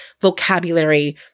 vocabulary